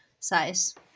size